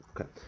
okay